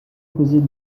poser